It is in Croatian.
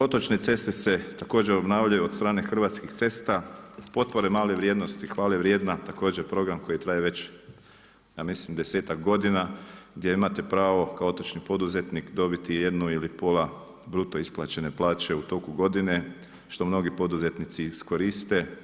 Otočne ceste se također obnavljaju od strane Hrvatskih cesta, potpore male vrijednosti hvalevrijedna, također, program koji traje već, ja mislim desetak godina gdje imate pravo kao otočni poduzetnik dobiti jednu ili pola bruto isplaćene plaće u toku godine što mnogi poduzetnici iskoriste.